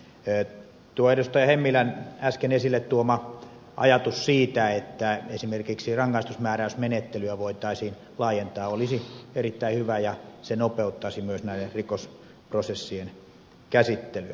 hemmilän äsken esille tuoma ajatus siitä että esimerkiksi rangaistusmääräysmenettelyä voitaisiin laajentaa olisi erittäin hyvä ja se nopeuttaisi myös näiden rikosprosessien käsittelyä